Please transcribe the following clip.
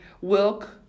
Wilk